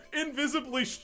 invisibly